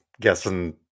guessing